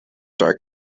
dark